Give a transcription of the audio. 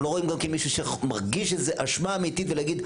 אנחנו לא רואים גם כן מישהו שמרגיש איזו אשמה אמיתית ולהגיד,